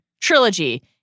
trilogy